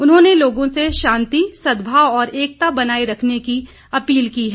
उन्होंने लोगों से शांति सद्भाव और एकता बनाए रखने की अपील की है